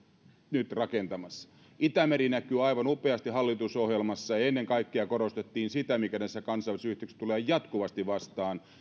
nyt rakentamassa itämeri näkyy aivan upeasti hallitusohjelmassa ja ennen kaikkea korostettiin sitä mikä näissä kansainvälisissä yhteyksissä tulee jatkuvasti vastaan